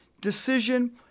decision